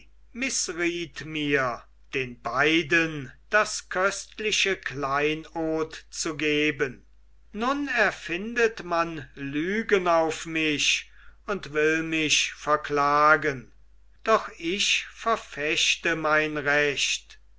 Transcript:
den beiden das köstliche kleinod zu geben nun erfindet man lügen auf mich und will mich verklagen doch ich verfechte mein recht